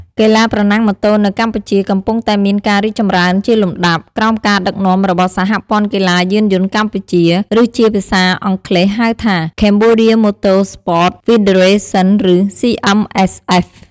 កីឡាប្រណាំងម៉ូតូ នៅកម្ពុជាកំពុងតែមានការរីកចម្រើនជាលំដាប់ ក្រោមការដឹកនាំរបស់ សហព័ន្ធកីឡាយានយន្តកម្ពុជា ឬជាភាសាអង់គ្លេស ហៅថា Cambodian Motor Sports Federation ឬ CMSF)។